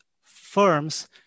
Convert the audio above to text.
firms